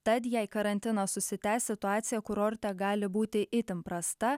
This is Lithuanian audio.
tad jei karantinas užsitęs situacija kurorte gali būti itin prasta